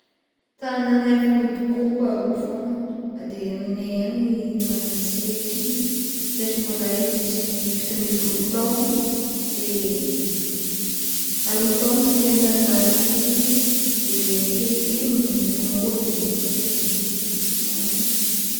Tagnagna efa nidokoako aroa fogna, de amignay agny Maroantsetry, esy mbola hely jusky fito ambin'ny folo taogno de arao taogno taty Antagnanarivo, de akeke ndraiky mody, midoko aty, mody midoko aty, magnagno zegny fo.